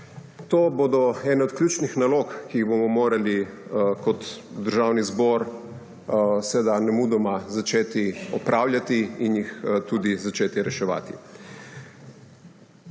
To bodo ene od ključnih nalog, ki jih bomo morali kot državni zbor seveda nemudoma začeti opravljati in jih tudi začeti reševati.